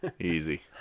Easy